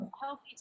healthy